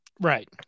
right